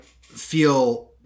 feel